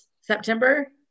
September